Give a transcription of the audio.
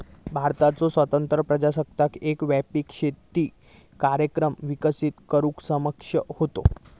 भारताचो स्वतंत्र प्रजासत्ताक एक व्यापक शेती कार्यक्रम विकसित करुक सक्षम होतो